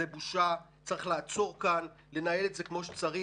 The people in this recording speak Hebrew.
זו בושה, צריך לעצור כאן ולנהל את זה כמו שצריך.